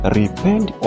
repent